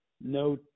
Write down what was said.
No